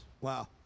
Wow